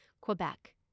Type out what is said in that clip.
Quebec